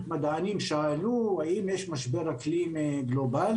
מדענים שאלו האם יש משבר אקלים גלובלי?